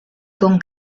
con